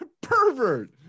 pervert